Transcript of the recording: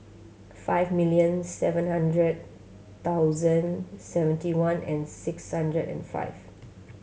five million seven hundred thousand seventy one and six hundred and five